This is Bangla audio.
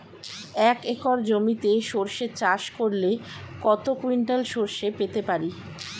এক একর জমিতে সর্ষে চাষ করলে কত কুইন্টাল সরষে পেতে পারি?